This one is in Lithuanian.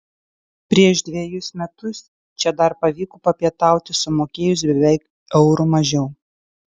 prieš dvejus metus čia dar pavyko papietauti sumokėjus beveik euru mažiau